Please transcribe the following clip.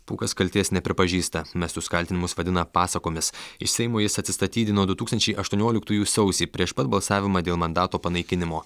pūkas kaltės nepripažįsta mestus kaltinimus vadina pasakomis iš seimo jis atsistatydino du tūkstančiai aštuonioliktųjų sausį prieš pat balsavimą dėl mandato panaikinimo